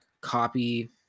copy